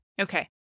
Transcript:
Okay